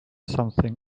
something